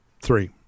Three